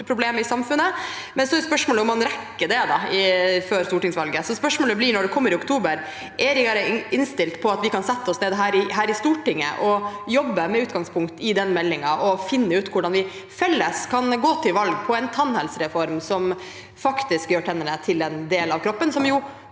er spørsmålet om man rekker det før stortingsvalget. Spørsmålet blir: Når utredningen kommer i oktober, er regjeringen innstilt på at vi kan sette oss ned her i Stortinget og jobbe med utgangspunkt i den, for å finne ut hvordan vi felles kan gå til valg på en tannhelsereform som faktisk gjør tennene til en del av kroppen, som